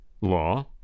law